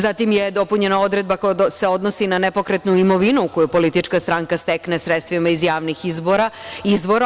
Zatim je dopunjena odredba koja se odnosi na nepokretnu imovinu koju politička stranka stekne sredstvima iz javnih izvora.